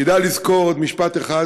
כדאי לזכור עוד משפט אחד